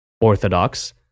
Orthodox